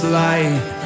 light